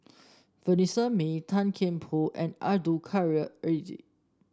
Vanessa Mae Tan Kian Por and Abdul Kadir Syed